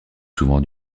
souvent